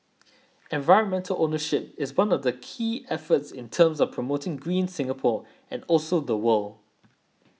environmental ownership is one of the key efforts in terms of promoting green Singapore and also the world